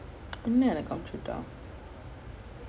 they will substitute I mean they will put another guy